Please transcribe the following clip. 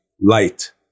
light